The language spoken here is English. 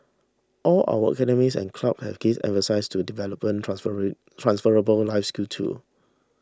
all our academies and clubs have gives emphases to developing transferring transferable life skills too